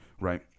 right